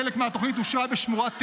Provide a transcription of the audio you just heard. חלק מהתוכנית אושרה בשמורת טבע,